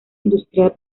industrial